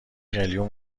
قلیون